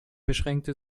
beschränkte